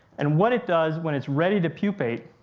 and what it does when it's ready to pupate,